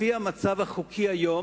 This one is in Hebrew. לפי המצב החוקי היום,